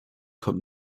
kommt